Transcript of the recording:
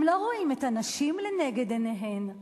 הם לא רואים את הנשים לנגד עיניהם.